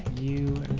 you